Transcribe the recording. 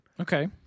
Okay